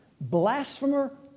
Blasphemer